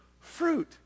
fruit